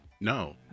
No